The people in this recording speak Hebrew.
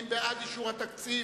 מי בעד אישור התקציב?